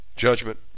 Judgment